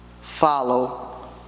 follow